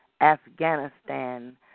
Afghanistan